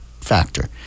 factor